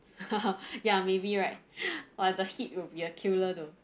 ya maybe right the heat will be a killer though